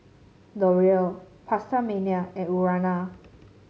L'Oreal PastaMania and Urana